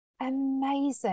amazing